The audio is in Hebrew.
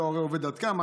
הורה לא עובד ועד כמה,